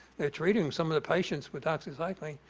they're treating some of the patients with doxycycline,